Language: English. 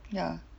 ya